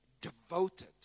devoted